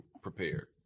prepared